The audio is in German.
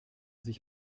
sich